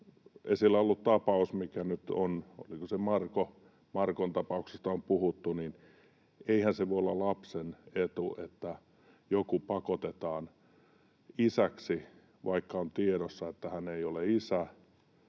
esillä olleessa tapauksessa, mikä nyt on, Markon tapauksesta on puhuttu — voi olla lapsen etu, että joku pakotetaan isäksi, vaikka on tiedossa, että hän ei ole isä,